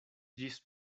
ĝis